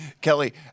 Kelly